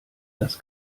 das